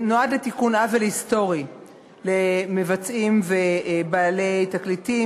הדבר נועד לתקן עוול היסטורי למבצעים ובעלי תקליטים